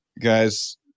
Guys